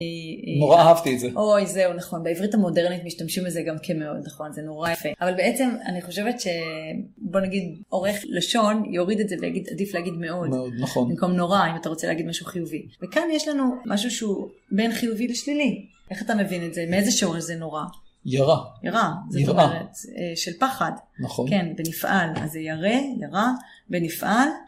נורא אהבתי את זה. אוי זהו, נכון, בעברית המודרנית משתמשים בזה גם כן מאוד, נכון, זה נורא יפה. אבל בעצם אני חושבת שבוא נגיד, עורך לשון יוריד את זה, ויגיד עדיף להגיד מאוד, נכון, במקום נורא, אם אתה רוצה להגיד משהו חיובי. וכאן יש לנו משהו שהוא בין חיובי ושלילי. איך אתה מבין את זה? מאיזה שורש זה נורא? ירא. ירא, זאת אומרת של פחד. נכון. כן, בנפעל, אז זה ירא, בנפעל.